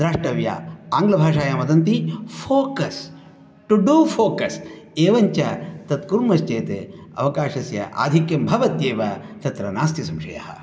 द्रष्टव्या आङ्गलभाषायां वदन्ति फ़ोकस् टु डु फ़ोकस् एवञ्च तत् कुर्मश्चेत् अवकाशस्य आधिक्यं भवत्येव तत्र नास्ति संशयः